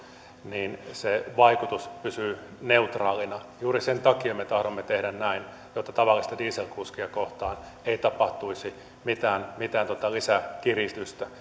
niin se vaikutus pysyy neutraalina juuri sen takia me tahdomme tehdä näin etta tavallista dieselkuskia kohtaan ei tapahtuisi mitään mitään lisäkiristystä